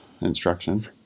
instruction